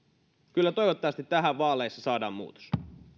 kyllä toivottavasti tähän vaaleissa saadaan muutos